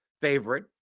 favorite